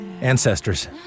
ancestors